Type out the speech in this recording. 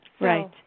Right